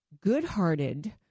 good-hearted